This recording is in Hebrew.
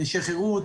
נשי חרות,